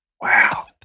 Wow